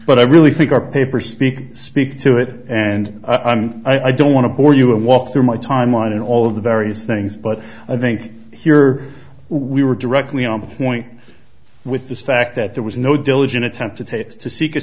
but i really think our paper speak speak to it and i don't want to bore you and walk through my timeline and all of the various things but i think here we were directly on point with the fact that there was no diligent attempt to take to seek a